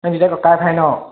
অঁ নিজৰ ককাই ভাই ন